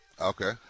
Okay